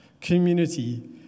community